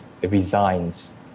resigns